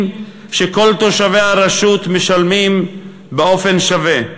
שכל תושבי הרשות משלמים באופן שווה.